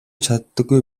чаддаггүй